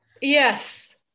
Yes